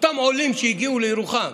אותם עולים שהגיעו לירוחם,